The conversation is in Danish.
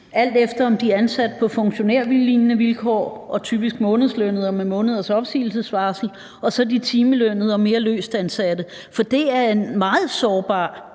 alt efter om de er ansat på funktionærlignende vilkår og typisk er månedslønnede og med måneders opsigelsesvarsel, eller om de er timelønnede og mere løstansatte. For det er en meget sårbar